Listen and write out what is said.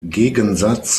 gegensatz